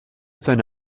seine